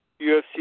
UFC